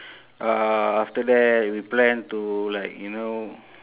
uh after that we plan to like you know